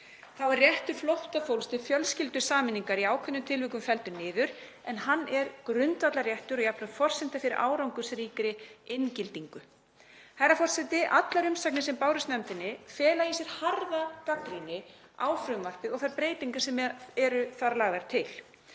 Þá er réttur flóttafólks til fjölskyldusameiningar í ákveðnum tilvikum felldur niður en hann er grundvallarréttur og jafnframt forsenda fyrir árangursríkri inngildingu. Herra forseti. Allar umsagnir sem bárust nefndinni fela í sér harða gagnrýni á frumvarpið og þær breytingar sem þar eru lagðar til.